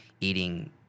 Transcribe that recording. eating